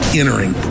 entering